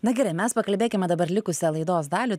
na gerai mes pakalbėkime dabar likusią laidos dalį